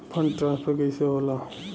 Fund transfer कैसे होला?